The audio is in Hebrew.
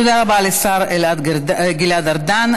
תודה רבה לשר גלעד ארדן.